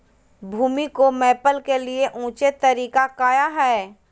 भूमि को मैपल के लिए ऊंचे तरीका काया है?